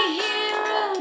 hero